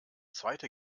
zweite